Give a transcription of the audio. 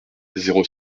zéro